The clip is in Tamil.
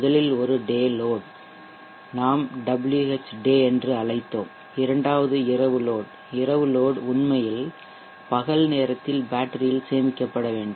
முதலில் ஒரு டே லோட் நாம் Whday என்று அழைத்தோம் இரண்டாவது ஒரு இரவு லோட் இரவு லோட் உண்மையில் பகல் நேரத்தில் பேட்டரியில் சேமிக்கப்பட வேண்டும்